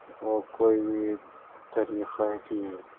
وہ کوئی بھی طریقہ کی